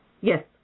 Yes